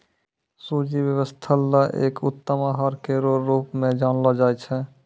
सूजी स्वास्थ्य ल एक उत्तम आहार केरो रूप म जानलो जाय छै